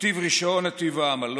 נתיב ראשון הוא נתיב העמלות,